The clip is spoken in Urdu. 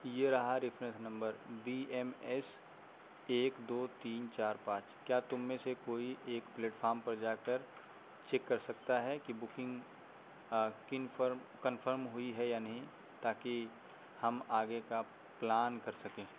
یہ رہا reference number B M S ایک دو تین چار پانچ کیا تم میں سے کوئی ایک پلیٹفام پر جا کر چیک کر سکتا ہے کہ بکنگ کنفرم کنفرم ہوئی ہے یا نہیں تاکہ ہم آگے کا پلان کر سکیں